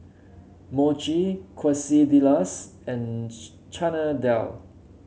Mochi Quesadillas and Chana Dal